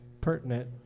pertinent